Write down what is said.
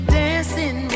dancing